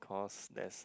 because there's a